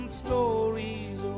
stories